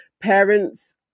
Parents